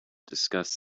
discuss